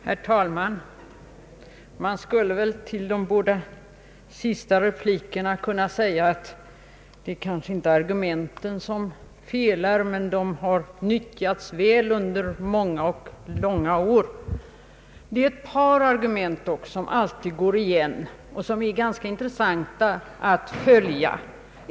Herr talman! Man skulle kanske till de båda senaste replikerna kunna säga att det väl inte är argumenten som felar, men de har nyttjats väl under många och långa år. Det är ett par argument, som alltid går igen och som är ganska intressanta att följa.